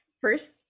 first